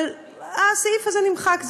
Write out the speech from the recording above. אבל הסעיף הזה נמחק.